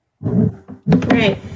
Right